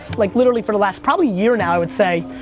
like literally for the last, probably year now, i'd say,